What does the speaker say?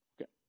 Okay